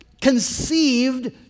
conceived